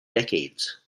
decades